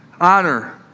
Honor